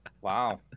Wow